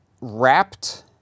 wrapped